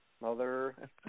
mother